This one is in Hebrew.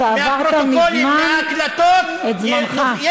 אתה עברת מזמן את זמנך.